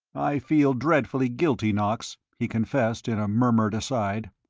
i feel dreadfully guilty, knox, he confessed, in a murmured aside.